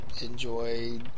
enjoy